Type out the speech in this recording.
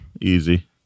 Easy